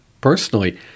personally